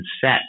set